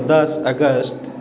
दस अगस्त